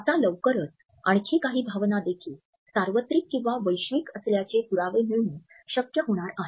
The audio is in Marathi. आता लवकरच आणखी काही भावना देखील सार्वत्रिक किंवा वैश्विक असल्याचे पुरावे मिळणे शक्य होणार आहे